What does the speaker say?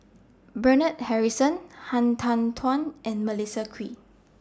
Bernard Harrison Han Tan Tuan and Melissa Kwee